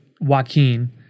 Joaquin